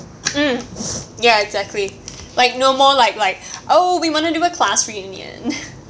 mm ya exactly like no more like like oh we wanna do a class reunion